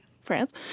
France